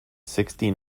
sixty